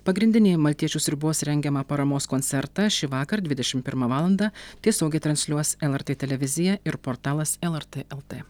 pagrindinį maltiečių sriubos rengiamą paramos koncertą šįvakar dvidešim pirmą valandą tiesiogiai transliuos lrt televizija ir portalas lrt lt